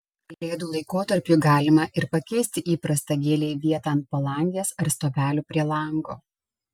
kalėdų laikotarpiui galima ir pakeisti įprastą gėlei vietą ant palangės ar stovelių prie lango